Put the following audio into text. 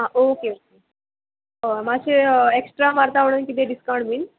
आ okay okay हय मात्शें extra मारता व्हडून किदें डिस्कावंट बीन